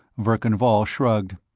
verkan vall shrugged.